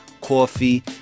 coffee